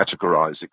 categorize